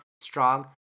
strong